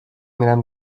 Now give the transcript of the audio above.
میرم